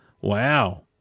Wow